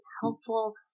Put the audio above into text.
helpful